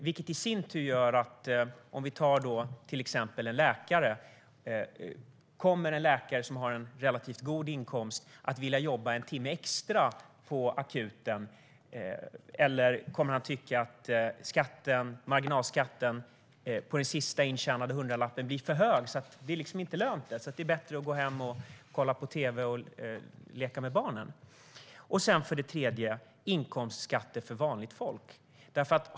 Det gör i sin tur att man kan undra om till exempel en läkare som har en relativt god inkomst kommer att vilja jobba en timme extra på akuten eller om han kommer att tycka att marginalskatten på den sista intjänade hundralappen blir så hög att det liksom inte är lönt utan bättre att gå hem och kolla på tv och leka med barnen. För det tredje handlar det om inkomstskatter för vanligt folk.